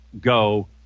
go